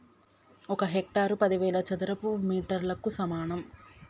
ఒక హెక్టారు పదివేల చదరపు మీటర్లకు సమానం